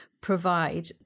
provide